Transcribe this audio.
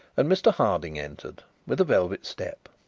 and mr harding entered with a velvet step.